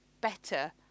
better